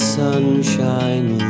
sunshine